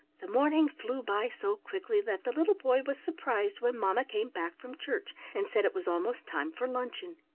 the morning flew by so quickly that the little boy was surprised when mamma came back from church, and said it was almost time for luncheon.